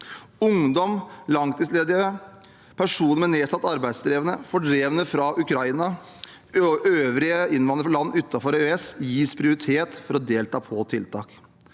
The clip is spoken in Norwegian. Ungdom, langtidsledige, personer med nedsatt arbeidsevne, fordrevne fra Ukraina og øvrige innvandrere fra land utenfor EØS gis prioritet for å delta på tiltak.